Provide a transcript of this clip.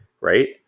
right